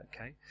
Okay